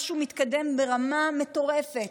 משהו מתקדם ברמה מטורפת,